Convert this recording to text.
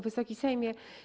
Wysoki Sejmie!